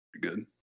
good